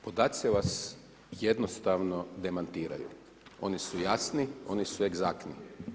Podaci vas jednostavno demantiraju, oni su jasni, oni su egzaktni.